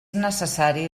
necessari